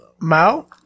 Mao